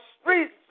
streets